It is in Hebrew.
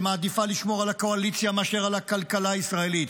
שמעדיפה לשמור על הקואליציה מאשר על הכלכלה הישראלית.